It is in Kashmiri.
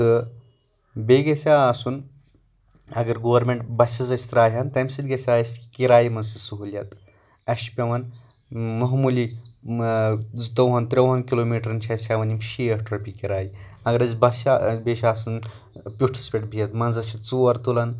تہٕ بیٚیہِ گژھِ ہا آسُن اَگر گورمٮ۪نٛٹ بسِز آسہِ ترایہان تَمہِ سۭتۍ گژھِ ہا اَسہِ کِرایہِ منٛز تہِ سہوٗلیت اَسہِ چھِ پیوان موموٗلی زٕتووُہن ترٛۆوُہن کِلومیٖٹرن چھِ اَسہِ ہیوان یِم شیٹھ رۄپییہِ کِرایہِ اَگر أسۍ بسہِ یا بیٚیہِ چھِ آسان پیوٚٹُھس پٮ۪ٹھ بِہتھ منٛزس چھِ ژور تُلان